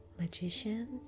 magicians